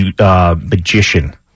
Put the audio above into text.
magician